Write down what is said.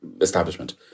establishment